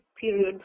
period